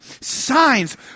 signs